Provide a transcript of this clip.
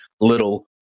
little